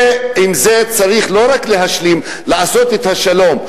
ועם זה צריך לא רק להשלים, לעשות את השלום.